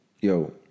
yo